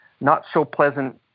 not-so-pleasant